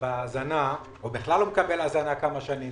או בכלל לא מקבל הזנה כמה שנים